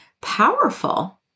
powerful